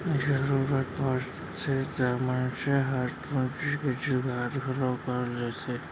जरूरत परथे त मनसे हर पूंजी के जुगाड़ घलौ कर लेथे